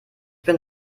bin